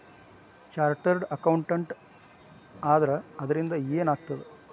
Chartered accountant ಆದ್ರ ಅದರಿಂದಾ ಏನ್ ಆಗ್ತದ?